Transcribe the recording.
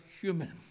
human